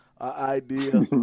idea